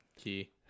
Key